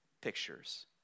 pictures